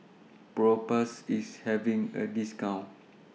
Propass IS having A discount